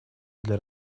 для